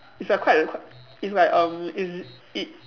it's like quite a quite it's like um it's it